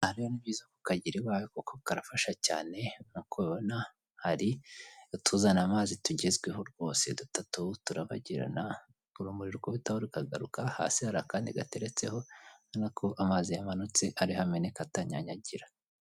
Aka rero ni byiza kukagira iwawe kuko karafasha cyane, nk'uko ubibona hari utuzana amazi tugezweho rwose dutatu turabagirana urumuri rukubitaho rukaguruka, hasi hari akandi gateretseho urabonako amazi yamanutse ariho ameneka atanyanyagira.